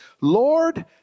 Lord